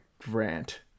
Grant